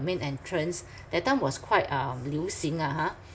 main entrance that time was quite um 流行 ah ha